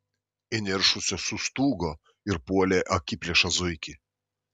įniršusios sustūgo ir puolė akiplėšą zuikį